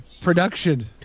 production